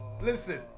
listen